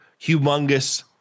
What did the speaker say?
humongous